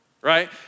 right